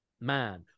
man